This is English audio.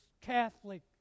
Catholic